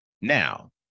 Now